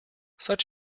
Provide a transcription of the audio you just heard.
such